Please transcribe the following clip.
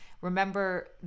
Remember